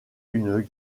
une